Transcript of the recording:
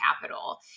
capital